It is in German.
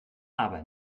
aber